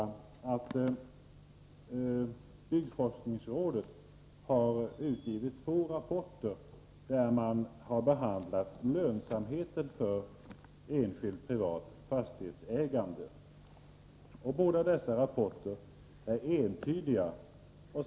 Byggforskningsrådet har utgivit två rapporter i vilka man har behandlat lönsamheten för enskilt privat fastighetsägande. Båda dessa rapporter är entydiga.